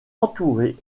entouré